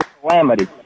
Calamity